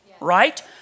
right